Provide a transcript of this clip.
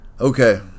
okay